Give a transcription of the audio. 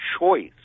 choice